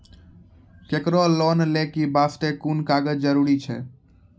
केकरो लोन लै के बास्ते कुन कागज जरूरी छै?